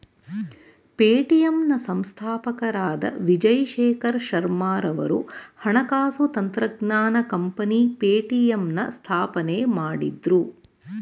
Paytm ನ ಸಂಸ್ಥಾಪಕರಾದ ವಿಜಯ್ ಶೇಖರ್ ಶರ್ಮಾರವರು ಹಣಕಾಸು ತಂತ್ರಜ್ಞಾನ ಕಂಪನಿ ಪೇಟಿಎಂನ ಸ್ಥಾಪನೆ ಮಾಡಿದ್ರು